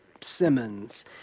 Simmons